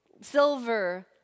silver